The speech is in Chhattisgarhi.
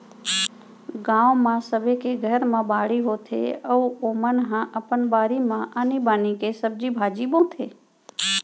गाँव म सबे के घर म बाड़ी होथे अउ ओमन ह अपन बारी म आनी बानी के सब्जी भाजी बोथे